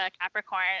Capricorn